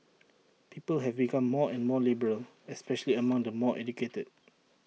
people have become more and more liberal especially among the more educated